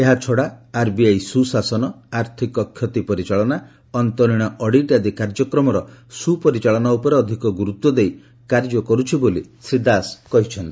ଏହାଛଡ଼ା ଆର୍ବିଆଇ ସୁଶାସନ ଆର୍ଥିକ କ୍ଷତି ପରିଚାଳନା ଅନ୍ତରୀଣ ଅଡିଟ୍ ଆଦି କାର୍ଯ୍ୟକ୍ରମର ସୁପରିଚାଳନା ଉପରେ ଅଧିକ ଗୁରୁତ୍ୱ ଦେଇ କାର୍ଯ୍ୟ କରୁଛି ବୋଲି ଶ୍ରୀ ଦାସ କହିଚ୍ଛନ୍ତି